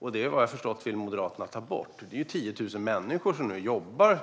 Vad jag har förstått vill Moderaterna ta bort dem. Det är 10 000 människor som nu har